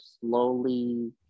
slowly